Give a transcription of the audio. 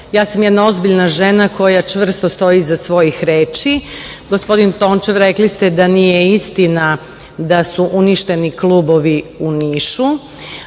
Ja sam jedna ozbiljna žena koja čvrsto stoji iza svojih reči. Gospodine Tončev, rekli ste da nije istina da su uništeni klubovi u Nišu,